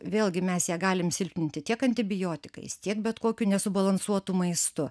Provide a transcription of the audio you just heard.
vėlgi mes ją galim silpninti tiek antibiotikais tiek bet kokiu nesubalansuotu maistu